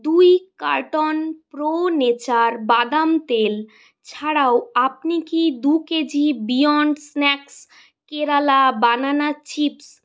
দুই carton pro nature বাদাম তেল ছাড়াও আপনি কি দু kg beyond snacks Kerala banana chips